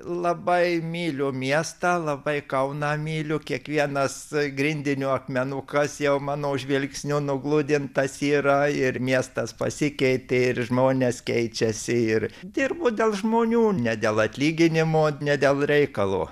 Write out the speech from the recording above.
labai myliu miestą labai kauną myliu kiekvienas grindinio akmenų kas jau mano žvilgsnio nugludintas yra ir miestas pasikeitė ir žmonės keičiasi ir dirbu dėl žmonių ne dėl atlyginimo ne dėl reikalo